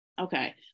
Okay